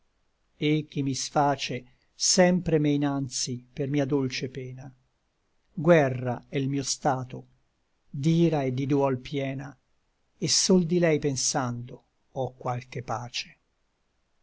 et chi mi sface sempre m'è inanzi per mia dolce pena guerra è l mio stato d'ira et di duol piena et sol di lei pensando ò qualche pace